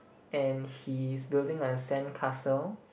and he's building a sandcastle